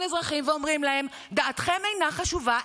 אזרחים ואומרים להם: דעתכם אינה חשובה,